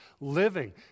living